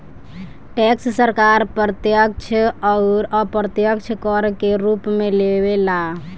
tax सरकार प्रत्यक्ष अउर अप्रत्यक्ष कर के रूप में लेवे ला